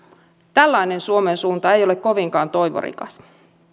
tällainen suomen suunta ei ole kovinkaan toivorikas